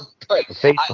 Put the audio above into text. Facebook